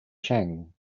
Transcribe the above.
chang